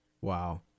Wow